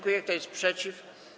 Kto jest przeciw?